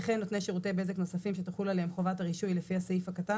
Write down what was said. וכן נותני שירותי בזק נוספים שתחול עליהם חובת הרישוי לפי הסעיף הקטן